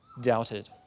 doubted